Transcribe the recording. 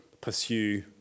pursue